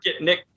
Nick